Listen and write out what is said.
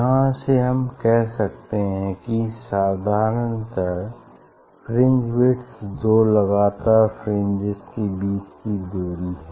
यहाँ से हम कह सकते हैं की साधारणतः फ्रिंज विड्थ दो लगातार फ्रिंजेस के बीच की दूरी है